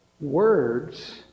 words